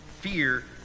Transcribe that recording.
fear